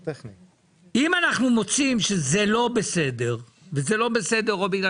אם אנחנו מוצאים שזה לא בסדר וזה לא בסדר או בגלל